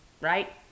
right